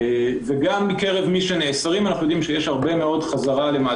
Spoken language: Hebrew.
גם מקרה הנאסרים אנחנו יודעים שיש הרבה מאסר חוזר,